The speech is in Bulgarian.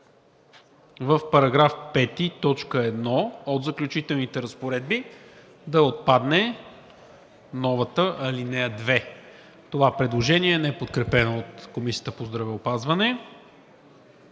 в § 5, т. 1 от Заключителните разпоредби да отпадне новата ал. 2. Това предложение е неподкрепено от Комисията по здравеопазването.